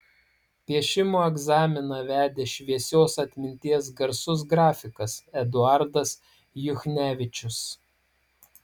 piešimo egzaminą vedė šviesios atminties garsus grafikas eduardas juchnevičius